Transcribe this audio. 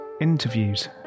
interviews